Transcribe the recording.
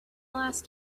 last